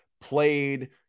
played